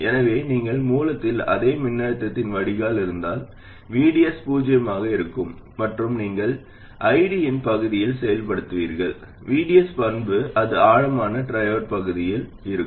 எனவே நீங்கள் மூலத்தின் அதே மின்னழுத்தத்தில் வடிகால் இருந்தால் VDS பூஜ்ஜியமாக இருக்கும் மற்றும் நீங்கள் IDயின் பகுதியில் செயல்படுத்துவீர்கள் VDS பண்பு அது ஆழமான ட்ரையோட் பகுதியில் இருக்கும்